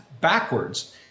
backwards